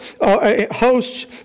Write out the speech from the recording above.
hosts